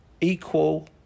equal